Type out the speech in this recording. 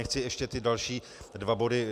nechci ještě ty další dva body.